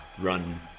run